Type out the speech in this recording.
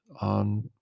on